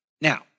Now